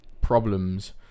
problems